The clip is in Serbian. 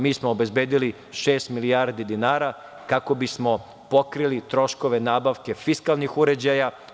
Mi smo obezbedili šest milijardi dinara kako bismo pokrili troškove nabavke fiskalnih uređaja.